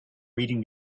reading